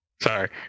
sorry